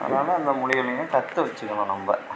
அதனால் அந்த மொழியை நீங்கள் கற்று வச்சுக்கணும் நம்ப